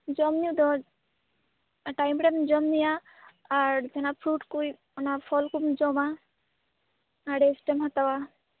ᱡᱚᱢ ᱧᱩ ᱫᱚ ᱴᱟᱭᱤᱢ ᱢᱮᱢ ᱡᱚᱢ ᱧᱩᱭᱟ ᱟᱨ ᱡᱟᱦᱟᱸ ᱱᱟᱜ ᱯᱷᱨᱩᱴ ᱠᱩᱡ ᱚᱱᱟ ᱯᱷᱚᱞ ᱠᱚᱢ ᱡᱚᱢᱟ ᱨᱮᱥᱴ ᱮᱢ ᱦᱟᱛᱟᱣᱟ